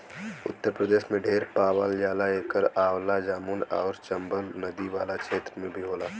उत्तर प्रदेश में ढेर पावल जाला एकर अलावा जमुना आउर चम्बल नदी वाला क्षेत्र में भी होला